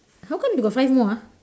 how come they got five more ah